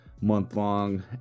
month-long